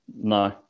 No